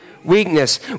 Weakness